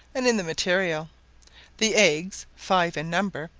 and in the material the eggs, five in number,